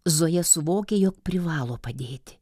zoja suvokė jog privalo padėti